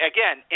Again